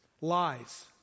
Lies